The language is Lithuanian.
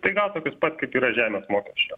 tai gal tokius pat kaip yra žemės mokesčio